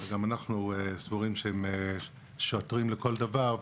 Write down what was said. גם אנחנו סבורים שהם שוטרים לכל דבר,